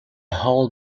whole